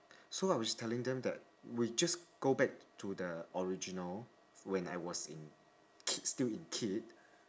so I was telling them that we just go back to the original when I was in kid still in kid